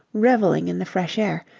revelling in the fresh air,